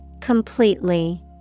Completely